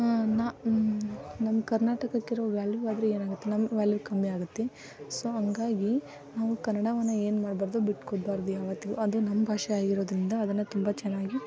ನಾನು ನಮ್ಮ ಕರ್ನಾಟಕಕ್ಕಿರುವ ವ್ಯಾಲ್ಯುವಾದ್ರೂ ಏನಾಗುತ್ತೆ ನಮ್ಮ ವ್ಯಾಲ್ಯು ಕಮ್ಮಿ ಆಗುತ್ತೆ ಸೊ ಹಂಗಾಗಿ ನಾವು ಕನ್ನಡವನ್ನು ಏನು ಮಾಡಬಾರ್ದು ಬಿಟ್ಟುಕೊಡ್ಬಾರ್ದು ಯಾವತ್ತಿಗೂ ಅದು ನಮ್ಮ ಭಾಷೆ ಆಗಿರೋದರಿಂದ ಅದನ್ನು ತುಂಬ ಚೆನ್ನಾಗಿ